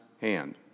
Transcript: hand